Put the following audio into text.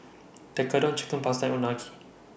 Tekkadon Chicken Pasta Unagi